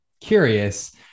curious